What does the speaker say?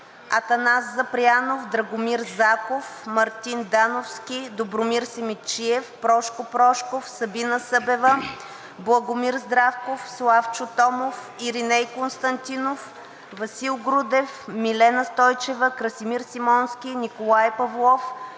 Атанас Запрянов, Драгомир Заков, Мартин Дановски, Добромир Симидчиев, Прошко Прошков, Събина Събева, Благомир Здравков, Славчо Томов, Ириней Константинов, Васил Грудев, Милена Стойчева, Красимир Симонски, Николай Павлов,